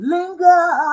Linger